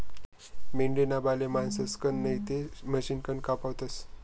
मेंढीना बाले माणसंसकन नैते मशिनकन कापावतस